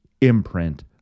imprint